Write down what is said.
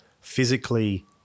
physically